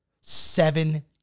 Seven